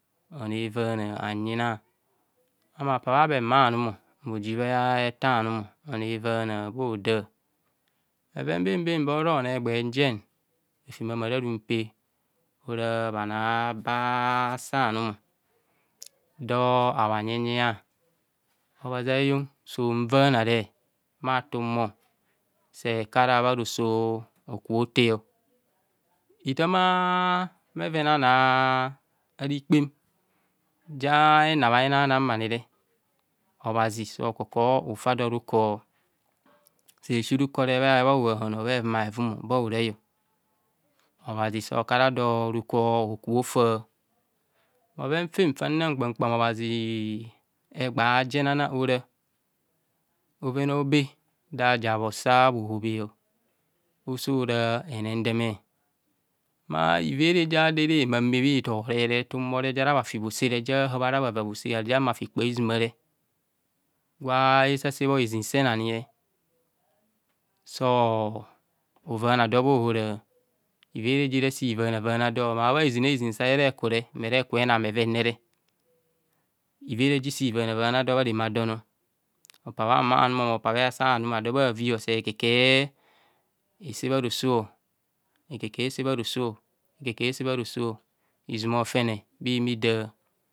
Ono evaana hanyina, ma apabha abe mma anum, o'noo evaana bho hoda. Bheven bembem bahara bhenan rofem runpeb ora abe eta anum. Do habha nyenyia. Obhazi a heyon so unvaana re bhatum se ekubha roso hokubho hote ọ. Ithạm a a bheven a bhanoo aa mkpem ja henabhe hinannang m̃mani re obhazi sa okakubho ofa do mkọz se esi ruko rere, bha ohaban, bha evumavum, ara bhahorai ọ, obhazi sa oku ara do ruko hota. Bhoven fen fa mgba mkpam obhazi ɛgbe ajen akla ora, bhoven aobe do haza osa bho hobhe. Oso ora henendemu. Mmaa ivere ja ado era meme bha ithobho, ahumo ja bhahạạb ahara bhafi bhose bha kpazuma ani re, gwa esesebho hesin sen ani re, ivere jire sa ivaana vana do bha remadon.